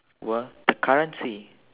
were the currency